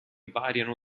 variano